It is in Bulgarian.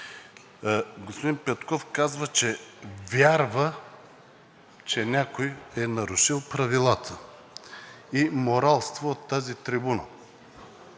Господин Петков казва, че вярва, че някой е нарушил правилата и моралства от тази трибуна.